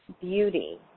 beauty